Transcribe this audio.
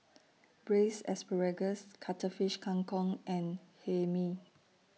Braised Asparagus Cuttlefish Kang Kong and Hae Mee